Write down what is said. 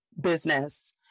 business